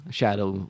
shadow